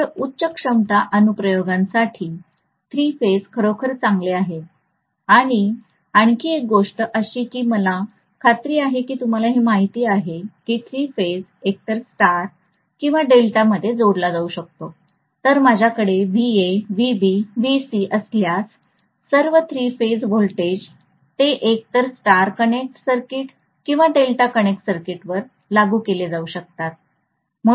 तर उच्च क्षमता अनुप्रयोगांसाठी थ्री फेज खरोखर चांगले आहेत आणि आणखी एक गोष्ट अशी आहे की मला खात्री आहे की तुम्हाला हे माहित आहे की थ्री फेज एकतर स्टार किंवा डेल्टामध्ये जोडला जाऊ शकतो तर माझ्याकडे असल्यास सर्व थ्री फेज व्होल्टेज ते एकतर स्टार कनेक्ट सर्किट किंवा डेल्टा कनेक्ट सर्किटवर लागू केले जाऊ शकतात